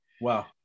Wow